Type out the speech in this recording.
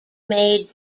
made